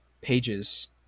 pages